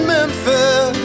Memphis